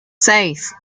seis